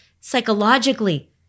psychologically